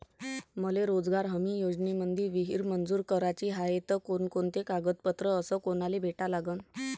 मले रोजगार हमी योजनेमंदी विहीर मंजूर कराची हाये त कोनकोनते कागदपत्र अस कोनाले भेटा लागन?